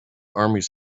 armies